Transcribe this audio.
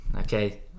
okay